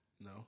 No